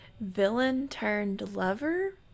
Villain-turned-lover